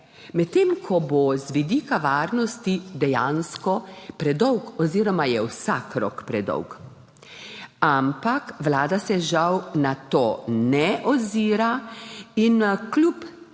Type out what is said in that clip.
medtem ko bo z vidika varnosti dejansko predolg oziroma je vsak rok predolg, ampak Vlada se žal na to ne ozira in kljub